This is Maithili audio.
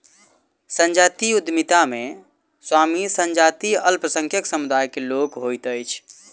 संजातीय उद्यमिता मे स्वामी संजातीय अल्पसंख्यक समुदाय के लोक होइत अछि